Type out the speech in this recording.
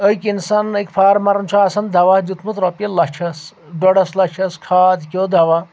أکۍ اِنسان أکۍ فارمرن چھُ آسان دوا دیُتمُت رۄپیہِ لَچھس دۄڈَس لَچھس کھاد کیٚو دوا